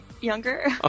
younger